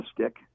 stick